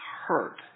hurt